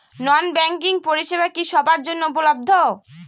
নন banking পরিষেবা কি সবার জন্য উপলব্ধ?